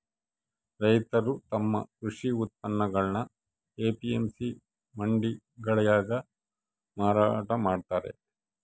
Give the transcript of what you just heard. ರೈತರು ತಮ್ಮ ಕೃಷಿ ಉತ್ಪನ್ನಗುಳ್ನ ಎ.ಪಿ.ಎಂ.ಸಿ ಮಂಡಿಗಳಾಗ ಮಾರಾಟ ಮಾಡ್ತಾರ